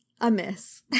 amiss